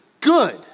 Good